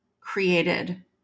created